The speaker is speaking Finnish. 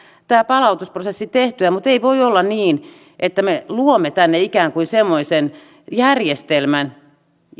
tämä palautusprosessi tehtyä mutta ei voi olla niin että me luomme tänne ikään kuin semmoisen järjestelmän